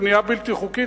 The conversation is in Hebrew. בנייה בלתי חוקית,